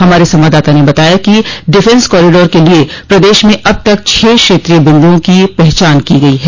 हमारे संवाददाता ने बताया है कि डिफ़ेंस कॉरीडोर के लिए प्रदेश में अब तक छह क्षेत्रीय बिन्दुओं की पहचान की गई है